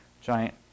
giant